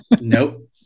Nope